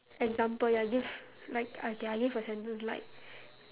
example ya give like okay I give a sentence like